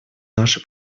наши